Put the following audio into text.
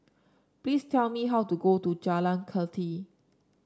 please tell me how to go to Jalan Kathi